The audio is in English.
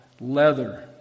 leather